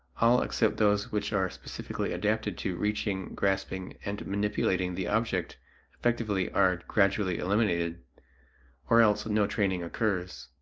all except those which are specifically adapted to reaching, grasping, and manipulating the object effectively are gradually eliminated or else no training occurs.